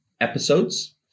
episodes